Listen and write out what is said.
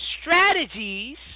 strategies